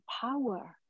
power